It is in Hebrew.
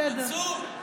בסדר.